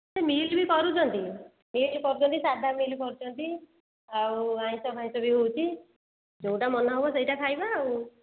ସେ ମିଲ୍ ବି କରୁଛନ୍ତି ମିଲ୍ କରୁଛନ୍ତି ସାଧା ମିଲ୍ କରୁଛନ୍ତି ଆଉ ଆମିଷ ଫାମିଷ ବି ହେଉଛି ଯେଉଁଟା ମନ ହେବ ସେଇଟା ଖାଇବା ଆଉ